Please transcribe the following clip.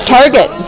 Target